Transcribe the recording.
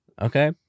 okay